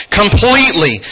completely